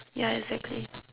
ya exactly